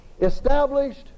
established